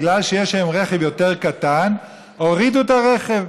בגלל שיש היום רכב יותר קטן, הורידו את הרכב: